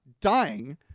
dying